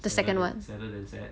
the second one